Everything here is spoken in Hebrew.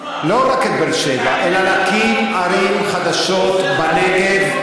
אלא להקים ערים חדשות בנגב,